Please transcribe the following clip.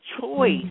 choice